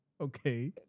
Okay